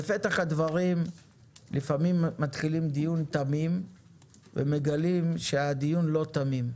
בפתח הדברים לפעמים מתחילים דיון תמים ומגלים שהדיון לא תמים.